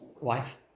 wife